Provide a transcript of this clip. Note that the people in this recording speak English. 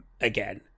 again